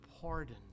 pardon